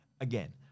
again